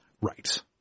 Right